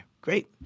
Great